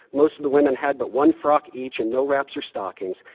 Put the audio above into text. most of the women had but one frock each and no wraps or stockings.